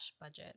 budget